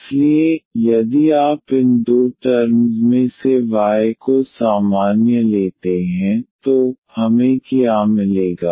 इसलिए यदि आप इन दो टर्म्स में से y को सामान्य लेते हैं तो हमें क्या मिलेगा